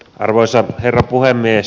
arvoisa herra puhemies